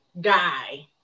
guy